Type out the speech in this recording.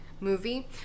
movie